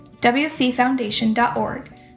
wcfoundation.org